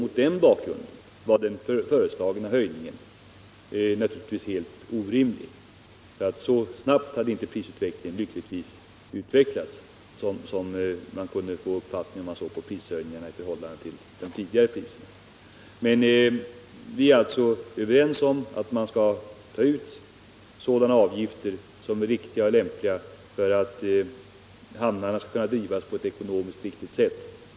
Mot den bakgrunden var den föreslagna höjningen helt orimlig, eftersom kostnadsutvecklingen lyckligtvis inte hade varit så snabb som man kunde få en uppfattning om när man såg prishöjningarna i förhållande till de tidigare priserna. Vi är alltså överens om att sådana avgifter skall tas ut som är riktiga och lämpliga för att hamnarna skall kunna drivas på ett ekonomiskt sunt sätt.